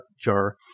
jar